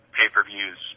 pay-per-views